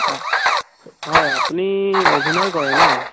up হয় আপুনি অভিনয় কৰে ন